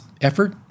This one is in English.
effort